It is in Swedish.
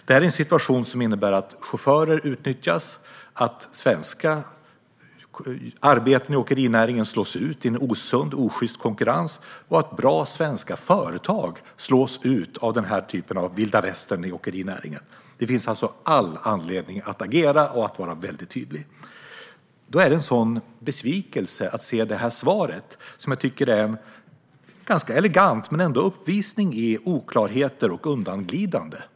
Det här är en situation som innebär att chaufförer utnyttjas, att svenska arbeten i åkerinäringen slås ut i en osund och osjyst konkurrens och att bra svenska företag slås ut av den här typen av vilda västern i åkerinäringen. Det finns alltså all anledning att agera och att vara väldigt tydlig. Därför är det en sådan besvikelse att höra det här svaret. Det är ganska elegant men ändå en uppvisning i oklarheter och undanglidanden.